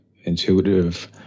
intuitive